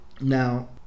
Now